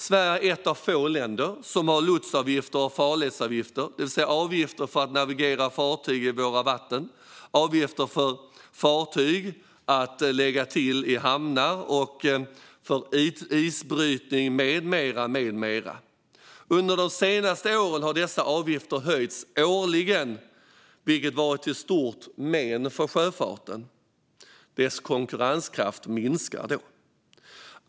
Sverige är ett av få länder som har lotsavgifter och farledsavgifter, det vill säga avgifter för att navigera fartyg i svenska vatten, avgifter för att fartyg ska få lägga till i hamnar, avgifter för isbrytning med mera. Under de senaste åren har dessa avgifter höjts årligen, vilket har varit till stort men för sjöfarten - dess konkurrenskraft minskar då.